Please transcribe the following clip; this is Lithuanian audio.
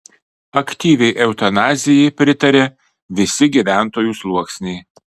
aktyviai eutanazijai pritaria visi gyventojų sluoksniai